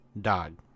Dog